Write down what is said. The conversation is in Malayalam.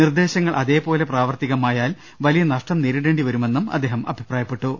നിർദ്ദേശങ്ങൾ അതേപോലെ പ്രാവർത്തികമായാൽ വലിയ നഷ്ടം നേരിടേണ്ടിവരുമെന്ന് അദ്ദേഹം അഭിപ്രായപ്പെട്ടു